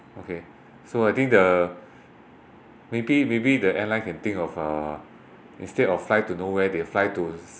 okay so I think the maybe maybe the airline can think of uh instead of fly to nowhere they fly to